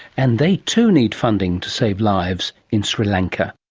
and they too need funding to save lives in sri lanka